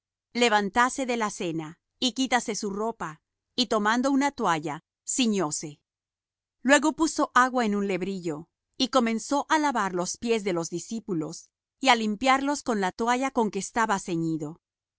levántase de la cena y quítase su ropa y tomando una toalla ciñóse luego puso agua en un lebrillo y comenzó á lavar los pies de los discípulos y á limpiarlos con la toalla con que estaba ceñido